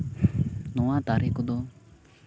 ᱱᱚᱣᱟ ᱫᱟᱨᱮ ᱠᱚᱫᱚ